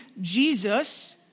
Jesus